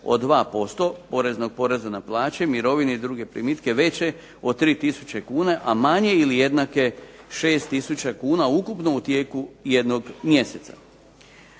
od 2% poreznog poreza na plaće, mirovine i druge primitke veće od tri tisuće kuna a manje ili jednake 6 tisuća kuna ukupno u tijeku jednog mjeseca.